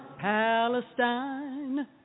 Palestine